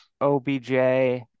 OBJ